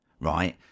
right